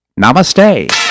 Namaste